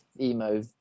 emo